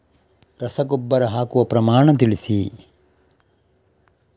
ರಸಗೊಬ್ಬರ ಹಾಕುವ ಪ್ರಮಾಣ ತಿಳಿಸಿ